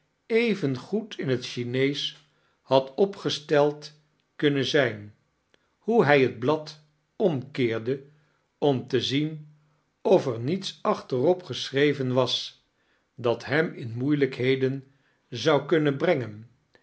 goed in het chineesch had opgesteld kunnen zijn hoe hij het blad omkeerde om te zien of ar niets achterop geschreven was dait hem in moeilijkheden zou kunnen brengen